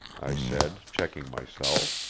i said, checking myself,